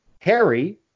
Harry